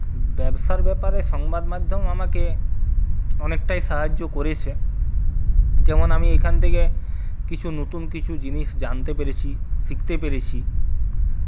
ব্যবসার ব্যাপারে সংবাদ মাধ্যম আমাকে অনেকটাই সাহায্য করেছে যেমন আমি এখান থেকে কিছু নতুন কিছু জিনিস জানতে পেরেছি শিখতে পেরেছি